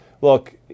Look